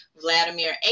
Vladimir